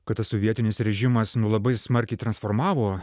kad tas sovietinis režimas nu labai smarkiai transformavo